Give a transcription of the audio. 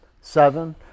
seven